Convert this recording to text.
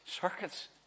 circuits